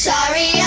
Sorry